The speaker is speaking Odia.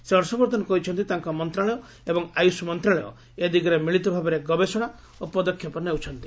ଶ୍ରୀ ହର୍ଷବର୍ଦ୍ଧନ କହିଛନ୍ତି ତାଙ୍କ ମନ୍ତ୍ରଣାଳୟ ଏବଂ ଆୟୁଷ ମନ୍ତ୍ରଣାଳୟ ଏ ଦିଗରେ ମିଳିତ ଭାବରେ ଗବେଷଣା ଓ ପଦକ୍ଷେପ ନେଉଛନ୍ତି